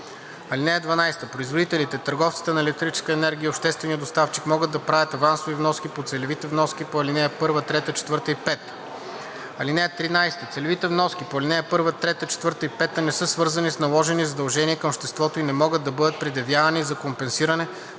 (12) Производителите, търговците на електрическа енергия и обществения доставчик могат да правят авансови вноски по целевите вноски по ал. 1, 3, 4 и 5. (13) Целевите вноски по ал. 1, 3, 4 и 5 не са свързани с наложени задължения към обществото и не могат да бъдат предявени за компенсиране